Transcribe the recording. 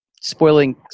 spoiling